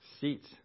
seats